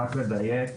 רק לדייק,